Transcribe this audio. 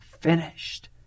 finished